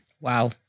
Wow